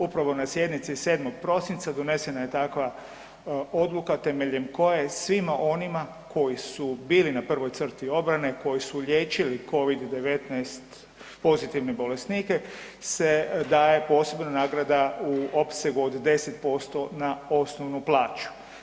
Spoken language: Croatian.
Upravo na sjednici 7. prosinca donesena je takva odluka temeljem koje svima onima koji su bili na prvoj crti obrane, koji su liječili Covid-19 pozitivne bolesnike se daje posebna nagrada u opsegu od 10% na osnovnu plaću.